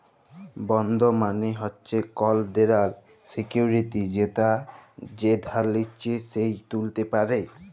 bond মালে হচ্যে collateral security যেটা যে ধার লিচ্ছে সে ত্যুলতে পারে